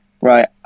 Right